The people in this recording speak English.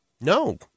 no